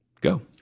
go